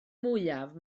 mwyaf